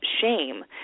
shame